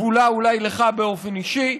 אולי יבולע לך באופן אישי.